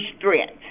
threats